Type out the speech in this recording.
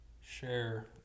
share